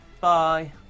Bye